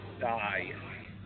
die